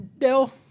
no